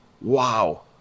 Wow